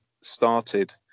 started